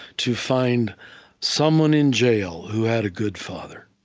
to find someone in jail who had a good father.